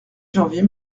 janvier